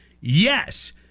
yes